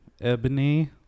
Ebony